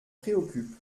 préoccupe